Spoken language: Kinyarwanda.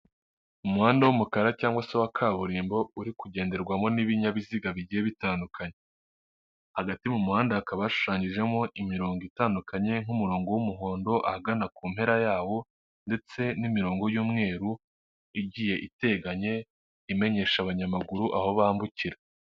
Umuhanda w'umukara cyangwa se wa kaburimbo uri kugenderwamo n'ibinyabiziga bigiye bitandukanye, hagati mu muhanda hakaba hashushanyijemo imirongo itandukanye nk'umurongo w'umuhondo ahagana ku mpera yawo ndetse n'imirongo y'umweru igiye iteganye imenyesha abanyamaguru aho bambukira.